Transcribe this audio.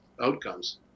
outcomes